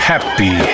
Happy